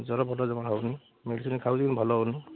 ଜ୍ଵର ଭଲ ଜମା ହେଉନି ମେଡ଼ିସିନ୍ ଖାଉଛି କିନ୍ତୁ ଭଲ ହେଉନି